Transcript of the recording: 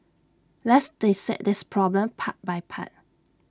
let's dissect this problem part by part